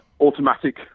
automatic